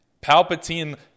Palpatine